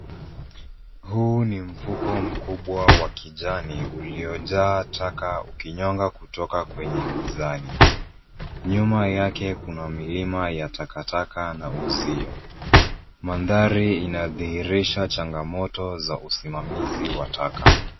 Huu ni mfuko mkubwa wa kijani ulio jaa taka ukinyonga kutoka kwenye mizani, nyuma yake kuna milima ya takataka na uzio. Mandhari ina dhihirisha changamoto za usimamizi wa taka.